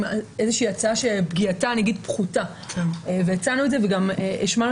איזושהי הצעה שפגיעתה פחותה והצענו את זה והשמענו